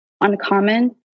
uncommon